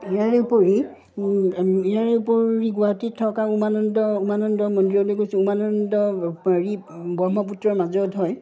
ইয়াৰে উপৰি ইয়াৰে উপৰি গুৱাহাটীত থকা উমানন্দ উমানন্দ মন্দিৰলৈ গৈছোঁ উমানন্দ হেৰি ব্ৰহ্মপুত্ৰৰ মাজত হয়